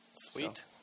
Sweet